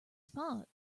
spot